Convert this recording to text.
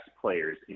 players